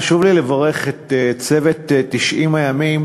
חשוב לי לברך את צוות 90 הימים